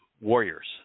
warriors